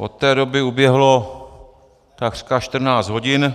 Od té doby uběhlo takřka 14 hodin